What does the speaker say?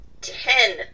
ten